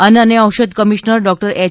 અન્ન અને ઔષધ કમિશનર ડોક્ટર એચ